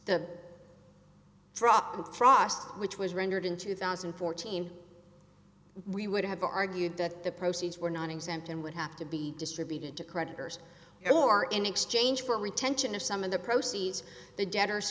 frost which was rendered in two thousand and fourteen we would have argued that the proceeds were not exempt and would have to be distributed to creditors or in exchange for retention of some of the proceeds the debtors